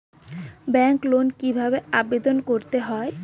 ব্যাংকে লোন কিভাবে আবেদন করতে হয়?